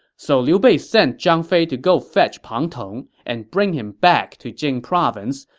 so liu bei sent zhang fei to go fetch pang tong and bring him back to jing province,